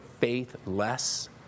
faithless